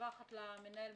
ומדווחת למנהל המחוז: